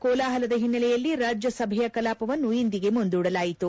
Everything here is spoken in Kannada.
ಕೋಲಾಹಲದ ಹಿನ್ನೆಲೆಯಲ್ಲಿ ರಾಜ್ಯಸಭೆಯ ಕಲಾಪವನ್ನು ಇಂದಿಗೆ ಮುಂದೂಡಲಾಯಿತು